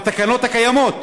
בתקנות הקיימות.